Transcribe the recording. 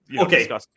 okay